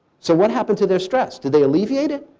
so what happened to their stress? did they alleviate it?